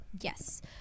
yes